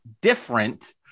different